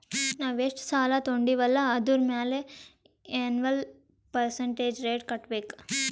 ನಾವ್ ಎಷ್ಟ ಸಾಲಾ ತೊಂಡಿವ್ ಅಲ್ಲಾ ಅದುರ್ ಮ್ಯಾಲ ಎನ್ವಲ್ ಪರ್ಸಂಟೇಜ್ ರೇಟ್ ಕಟ್ಟಬೇಕ್